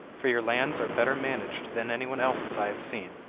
for your lands are better managed than anyone else's i have seen.